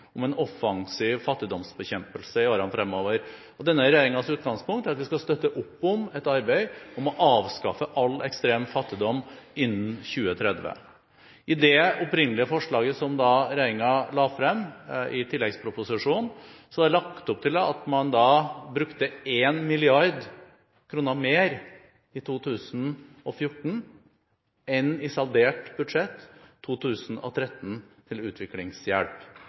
om en offensiv fattigdomsbekjempelse i årene fremover. Denne regjeringens utgangspunkt er at vi skal støtte opp om et arbeid om å avskaffe all ekstrem fattigdom innen 2030. I det opprinnelige forslaget som regjeringen la frem i tilleggsproposisjonen, er det lagt opp til at man bruker 1 mrd. kr mer i 2014 enn i saldert budsjett 2013 til utviklingshjelp.